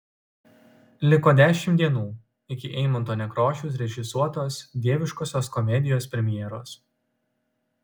liko dešimt dienų iki eimunto nekrošiaus režisuotos dieviškosios komedijos premjeros